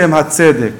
בשם הצדק,